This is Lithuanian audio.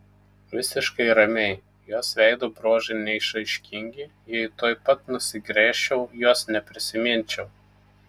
visiškai ramiai jos veido bruožai neišraiškingi jei tuoj pat nusigręžčiau jos neprisiminčiau